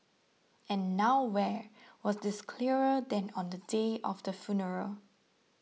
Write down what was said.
and nowhere was this clearer than on the day of the funeral